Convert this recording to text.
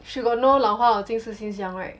she got no 老花 or 近视 since young right